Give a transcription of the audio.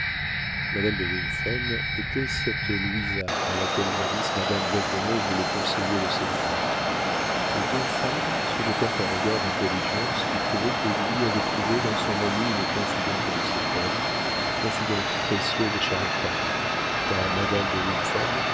madame de wimphen était cette louisa à laquelle jadis madame d'aiglemont voulait conseiller le célibat les deux femmes se jetèrent un regard d'intelligence qui prouvait que julie avait trouvé dans son amie une confidente de ses peines confidente précieuse et charitable car madame de